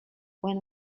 when